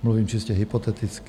Mluvím čistě hypoteticky.